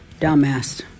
Dumbass